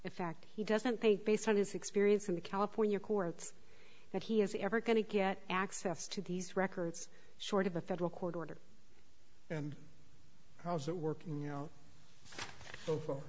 a fact he doesn't think based on his experience in the california courts that he is ever going to get access to these records short of a federal court order and how's that working you know